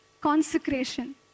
consecration